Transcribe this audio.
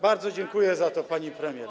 Bardzo dziękuję za to pani premier.